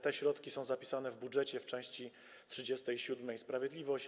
Te środki są zapisane w budżecie w części 37: Sprawiedliwość.